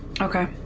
Okay